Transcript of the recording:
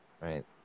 Right